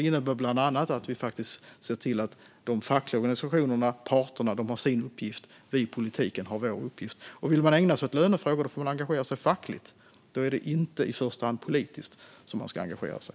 Det innebär bland annat att vi ser till att de fackliga organisationerna, parterna, har sin uppgift, och att vi i politiken har vår uppgift. Vill man ägna sig åt lönefrågor får man engagera sig fackligt. Då är det inte i första hand politiskt man ska engagera sig.